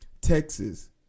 Texas